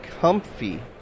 comfy